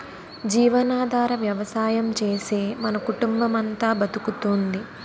జీవనాధార వ్యవసాయం చేసే మన కుటుంబమంతా బతుకుతోంది